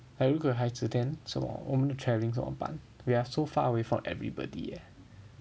还有如果有孩子 then so our travelling 怎么办 we are so far away from everybody eh